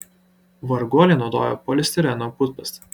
varguoliai naudojo polistireno putplastį